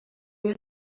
you